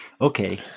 Okay